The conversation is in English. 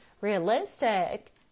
realistic